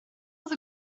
oedd